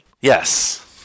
Yes